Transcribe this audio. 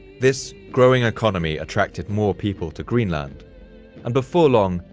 this growing economy attracted more people to greenland and before long,